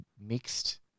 mixed